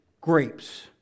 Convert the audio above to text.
grapes